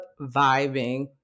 vibing